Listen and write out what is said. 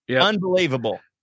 Unbelievable